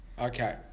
Okay